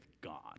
God